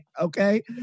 okay